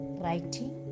writing